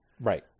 right